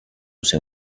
sei